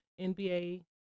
NBA